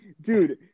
Dude